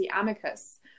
Amicus